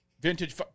Vintage